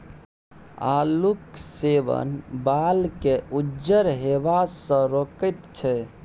आलूक सेवन बालकेँ उज्जर हेबासँ रोकैत छै